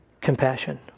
Compassion